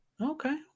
Okay